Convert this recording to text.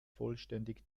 vollständig